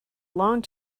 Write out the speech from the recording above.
long